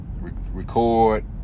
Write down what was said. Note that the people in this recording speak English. record